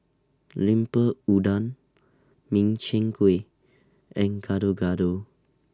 Lemper Udang Min Chiang Kueh and Gado Gado